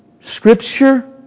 Scripture